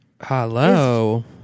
hello